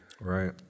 right